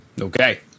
Okay